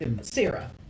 Sarah